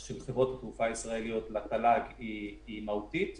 אבל אני רואה מצב --- תאמין לי,